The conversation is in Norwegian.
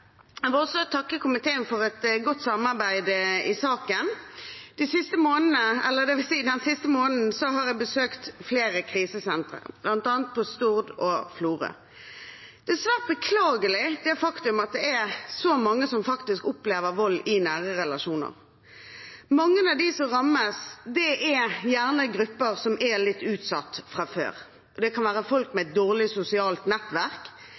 et godt samarbeid i saken. Den siste måneden har jeg besøkt flere krisesentre, bl.a. på Stord og i Florø. Det er et svært beklagelig faktum at det er så mange som faktisk opplever vold i nære relasjoner. Mange av dem som rammes, er gjerne grupper som er litt utsatt fra før. Det kan være folk med dårlig sosialt nettverk,